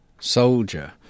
soldier